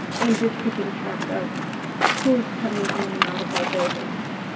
and just keeping track of who's coming in and out of our buildings.